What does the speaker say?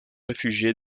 réfugiés